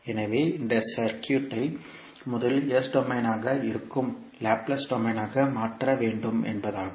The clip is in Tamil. எனவே இந்த சர்க்யூட் ஐ முதலில் S டொமைனாக இருக்கும் லாப்லேஸ் டொமைனாக மாற்ற வேண்டும் என்பதாகும்